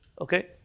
Okay